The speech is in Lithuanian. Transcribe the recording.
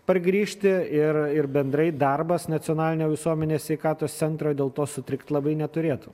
pargrįžti ir ir bendrai darbas nacionalinio visuomenės sveikatos centro dėl to sutrikt labai neturėtų